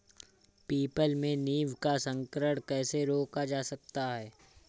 People में नीम का संकरण कैसे रोका जा सकता है?